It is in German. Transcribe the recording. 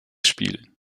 spielen